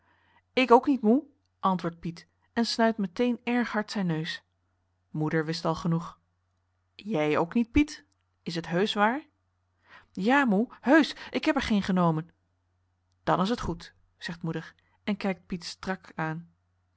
ik ook niet moe antwoordt piet en snuit meteen erg hard zijn neus moeder wist al genoeg jij ook niet piet is het heusch waar ja moe heusch ik heb er geen genomen dan is het goed zegt moeder en kijkt piet strak aan